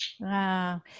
Wow